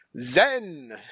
Zen